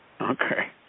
Okay